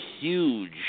huge